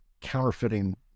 counterfeiting